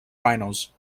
finals